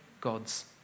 gods